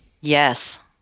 Yes